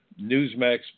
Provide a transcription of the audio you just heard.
Newsmax